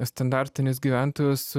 standartinis gyventojas